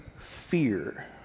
fear